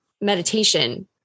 meditation